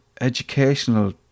educational